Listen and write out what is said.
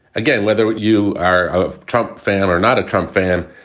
again, whether you are a trump fan or not a trump fan,